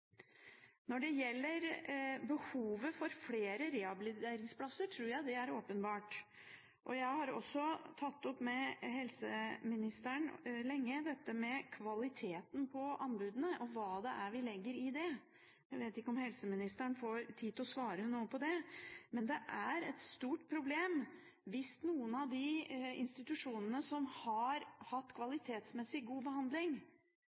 Når det gjelder behovet for flere rehabiliteringsplasser, tror jeg det er åpenbart. Jeg har også i lang tid tatt opp med helseministeren dette med kvaliteten på anbudene, og hva det er vi legger i det. Jeg vet ikke om helseministeren får tid til å svare på det nå, men det er et stort problem hvis noen av de institusjonene som har hatt kvalitetsmessig god behandling